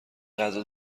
غذا